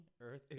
Earth